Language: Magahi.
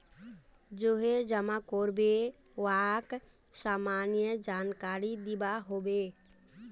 जाहें जमा कारबे वाक सामान्य जानकारी दिबा हबे